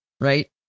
right